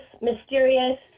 mysterious